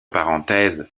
parenthèses